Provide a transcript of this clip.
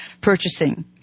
purchasing